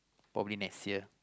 probably next year